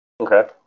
Okay